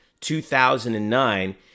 2009